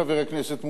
חבר הכנסת מולה,